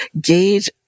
gauge